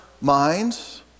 minds